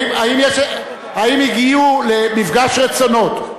האם הגיעו למפגש רצונות?